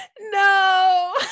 no